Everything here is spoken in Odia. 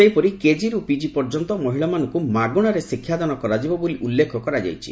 ସେହିପରି କେଜିରୁ ପିିି ପର୍ଯ୍ୟନ୍ତ ମହିଳାମାନଙ୍କୁ ମାଗଣାରେ ଶିକ୍ଷାଦାନ କରାଯିବ ବୋଲି ଉଲ୍ଲେଖ କରାଯାଇଛି